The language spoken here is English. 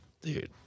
Dude